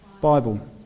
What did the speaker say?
Bible